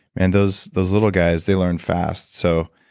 and those those little guys, they learn fast. so,